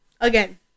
again